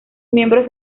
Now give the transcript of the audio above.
miembros